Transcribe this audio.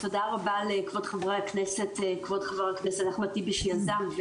תודה רבה לכבוד חבר הכנסת אחמד טיבי שיזם,